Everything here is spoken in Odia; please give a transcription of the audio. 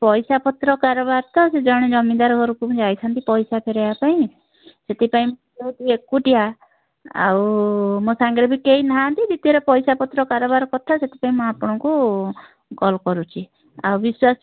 ପଇସା ପତ୍ର କାରବାର ତ ସେ ଜଣେ ଜମିଦାର ଘରକୁ ମୁଁ ଯାଇଥାନ୍ତି ପଇସା ଫେରାଇବା ପାଇଁ ସେଥିପାଇଁ ମୁଁ ହେଉଛି ଏକୁଟିଆ ଆଉ ମୋ ସାଙ୍ଗରେ ବି କେହି ନାହାନ୍ତି ଦ୍ୱିତୀୟରେ ପଇସା ପତ୍ର କାରବାର କଥା ସେଥିପାଇଁ ମୁଁ ଆପଣଙ୍କୁ କଲ୍ କରୁଛି ଆଉ ବିଶ୍ୱାସ ବି